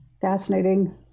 Fascinating